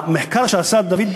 המחקר שעשה דוד,